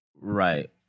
Right